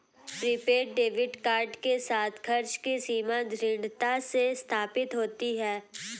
prepaid debit card के साथ, खर्च की सीमा दृढ़ता से स्थापित होती है